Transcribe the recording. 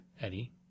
Eddie